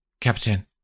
Captain